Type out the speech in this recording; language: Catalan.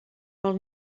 pel